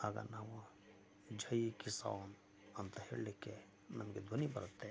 ಆಗ ನಾವು ಜೈ ಕಿಸಾನ್ ಅಂತ ಹೇಳಲಿಕ್ಕೆ ನಮಗೆ ಧ್ವನಿ ಬರುತ್ತೆ